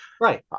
right